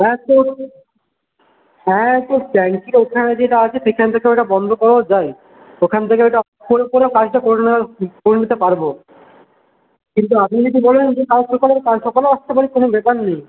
হ্যাঁ তো হ্যাঁ তো ট্যাঙ্কির ওখানে যেটা আছে সেখান থেকে ওটা বন্ধ করাও যায় ওখান থেকে ওটা অফ করে করে কাজটা ঠিক করে নিতে পারব কিন্তু আপনি যদি বলেন যে কাল সকালে কাল সকালেও আসতে পারি কোনও ব্যাপার নেই